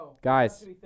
guys